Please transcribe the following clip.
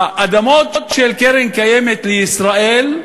האדמות של קרן קיימת לישראל,